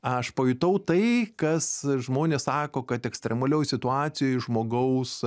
aš pajutau tai kas žmonės sako kad ekstremalioj situacijoj žmogaus